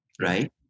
right